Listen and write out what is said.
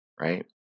right